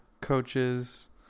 Coaches